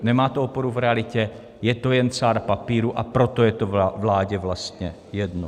Nemá to oporu v realitě, je to jen cár papíru, a proto je to vládě vlastně jedno.